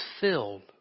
filled